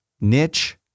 Niche